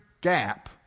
gap